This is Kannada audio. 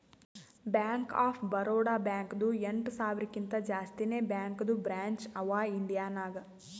ಬ್ಯಾಂಕ್ ಆಫ್ ಬರೋಡಾ ಬ್ಯಾಂಕ್ದು ಎಂಟ ಸಾವಿರಕಿಂತಾ ಜಾಸ್ತಿನೇ ಬ್ಯಾಂಕದು ಬ್ರ್ಯಾಂಚ್ ಅವಾ ಇಂಡಿಯಾ ನಾಗ್